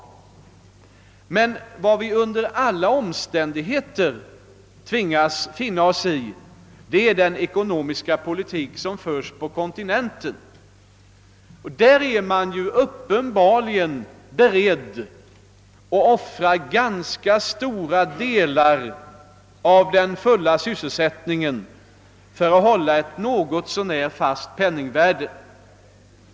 Vad vi dock under alla förhållanden måste finna oss i är den ekonomiska politik som förs på kontinenten. Där är man uppenbarligen beredd att i ganska stor utsträckning offra den fulla sysselsättningen för att hålla ett något så när fast penningvärde.